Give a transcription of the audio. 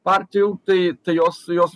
partijų tai jos jos